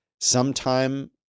sometime